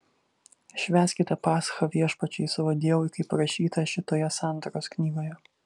švęskite paschą viešpačiui savo dievui kaip parašyta šitoje sandoros knygoje